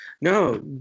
no